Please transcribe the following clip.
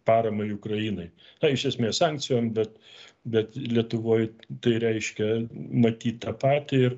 paramai ukrainai iš esmės sankcijom bet bet lietuvoj tai reiškia matyt tą patį ir